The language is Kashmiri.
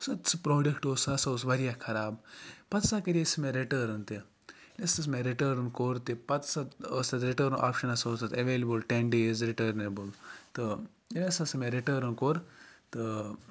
سُہ پروڈَکٹہٕ اوس سُہ ہَسا اوس واریاہ خَراب پَتہٕ ہَسا کرے سۄ مےٚ رِٹٲرٕن تہِ ییٚلہِ مےٚ رِٹٲرٕن کوٚر تہِ پَتہٕ سہَ ٲسۍ تَتھ رِٹٲرٕن آپشَن اوس تَتھ ایویلیبٕل ٹیٚن ڈیز رِٹٲرنیبٕل تہٕ ییٚلہِ ہَسا سُہ مےٚ رِٹٲرٕن کوٚر تہٕ